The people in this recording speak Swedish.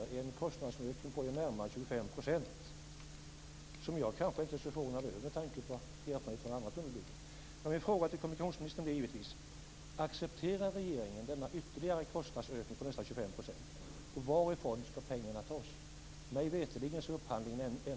Det är en kostnadsökning på närmare 25 %, som jag kanske inte är så förvånad över med tanke på andra tunnelbyggen.